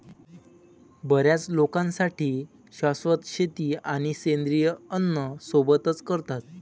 बर्याच लोकांसाठी शाश्वत शेती आणि सेंद्रिय अन्न सोबतच करतात